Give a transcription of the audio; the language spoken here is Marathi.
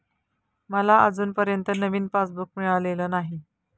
मला अजूनपर्यंत नवीन पासबुक मिळालेलं नाही